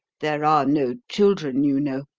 there are no children, you know.